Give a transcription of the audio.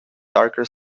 darker